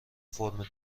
فرم